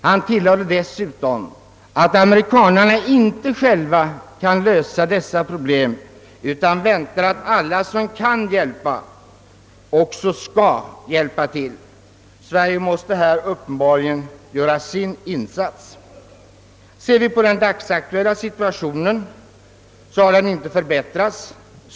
Han tilllade dessutom att amerikanerna inte själva kan lösa dessa problem utan väntar att alla som kan hjälpa till också hjälper till. Sverige måste här uppenbarligen göra sin insats. Ser vi sedan på den dagsaktuella ekonomiska situationen, så har den inte förbättrats.